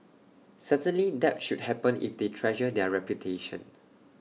certainly that should happen if they treasure their reputation